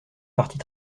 partie